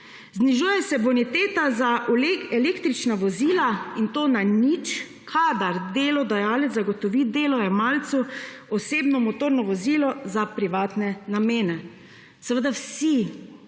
Znižuje se boniteta za električna vozila in to na nič, kadar delodajalec zagotovi delojemalcu osebno motorno vozilo za privatne namene. Seveda so